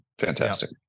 Fantastic